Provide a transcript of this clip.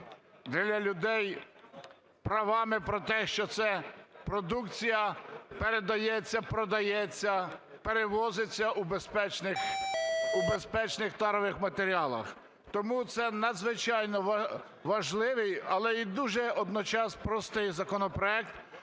для людей правами про те, що це продукція передається, продається, перевозиться у безпечних тарових матеріалах. Тому це надзвичайно важливий, але й дуже водночас простий законопроект,